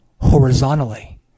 horizontally